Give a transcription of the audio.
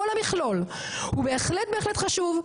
כל המכלול הוא בהחלט בהחלט חשוב,